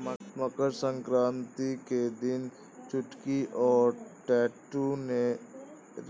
मकर सक्रांति के दिन चुटकी और टैटू ने